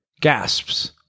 gasps